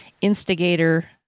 instigator